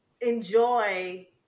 enjoy